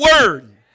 word